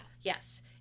Yes